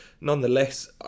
nonetheless